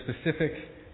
specific